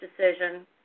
decision